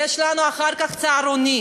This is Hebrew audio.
יש לנו אחר כך צהרונים,